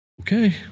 okay